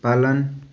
पालन